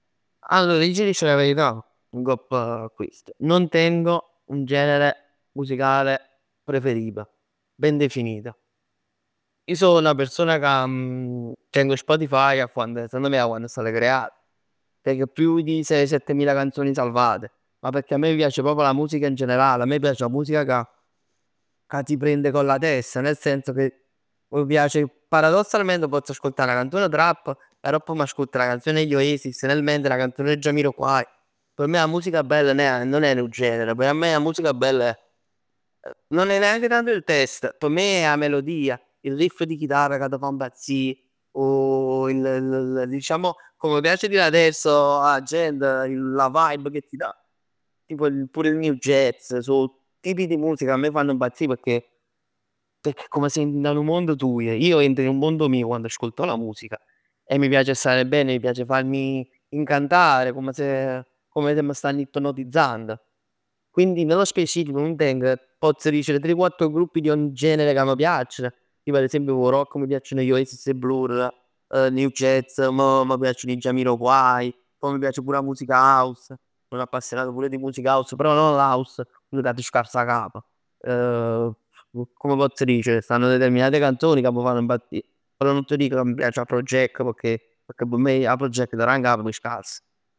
Allor ij aggia dicere 'a verità ngopp a chest. Non tengo un genere musicale preferito, ben definito. Ij so 'na person cà tengo Spotify a quand secondo me 'a quando è stato creat, tengo più di sei settemila canzoni salvate, ma pecchè a me m' piac proprio la musica in generale. A me m'piac la musica ca ti prende con la testa, nel senso che m'piace. Paradossalmente m' pozz ascoltà 'na canzone trap e aropp m'ascolt 'na canzon 'e gli Oasis e nel mentre 'na canzone 'e Jamiroquai. P'me 'a musica bell no è nun è nu genere, p'me 'a musica bella è, nun è neanche tanto il testo p' me è 'a melodia. Il riff di chitarra cà t' fa impazzì. 'O il il il diciamo come piace adesso a' gent chillullà vibes che ti dà, tipo pure il new jazz sò tipi di musica ca 'a me fanno impazzì pecchè, pecchè è come si int' 'a nu mond tuoj. Ij entro in un mondo mio quando ascolto la musica e mi piace stare bene, mi piace farmi incantare comm' se, comm' se m'stann ipnotizzando. Quindi nello specifico nun teng, pozz dicere tre quatt gruppi di ogni genere ca m'piaccn. Tipo 'o rock m' piaccn gli Oasis e i Blur, ner jazz m- mi piacciono i Jamiroquai. Poi m' piac pur 'a musica house. Sono appassionato pure di musica house, però non l'house chell cà t' scass à cap. Comm pozz dicere, stann determinate canzon cà m' fann impazzì. Però nun t' dic cà m' piac Afrojack pecchè, pecchè p' me Afrojack t' da 'ncap ma è scars.